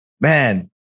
man